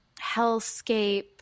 hellscape